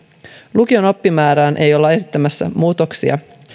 lukion oppimäärään ei olla esittämässä muutoksia